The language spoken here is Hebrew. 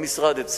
במשרד אצלי,